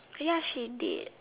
ya she did